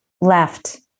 left